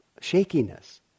shakiness